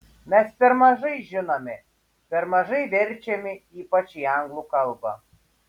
mes per mažai žinomi per mažai verčiami ypač į anglų kalbą